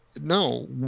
no